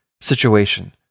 situation